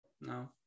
No